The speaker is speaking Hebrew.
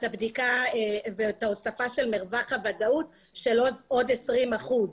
הבדיקה ואת ההוספה של מרווח הוודאות של עוד 20 אחוזים.